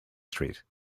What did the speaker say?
street